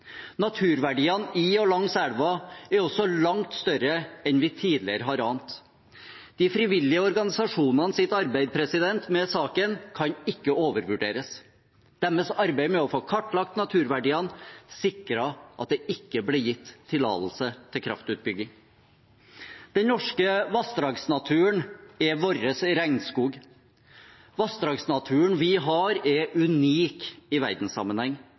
Naturverdiene i og langs elven er også langt større enn vi tidligere har ant. De frivillige organisasjonenes arbeid med saken kan ikke undervurderes. Deres arbeid med å få kartlagt naturverdiene sikret at det ikke ble gitt tillatelse til kraftutbygging. Den norske vassdragsnaturen er vår regnskog. Vassdragsnaturen vi har, er unik i verdenssammenheng,